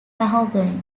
mahogany